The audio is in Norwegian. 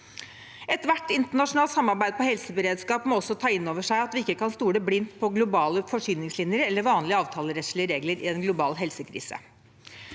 Ethvert internasjonalt samarbeid om helseberedskap må også ta innover seg at vi ikke kan stole blindt på globale forsyningslinjer eller vanlige avtalerettslige regler i en global helsekrise.